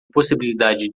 possibilidade